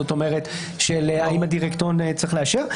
זאת אומרת, האם הדירקטוריון צריך לאשר.